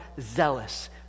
zealous